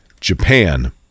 Japan